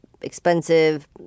expensive